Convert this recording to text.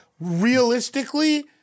realistically